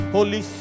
Holy